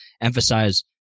emphasize